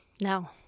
No